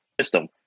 system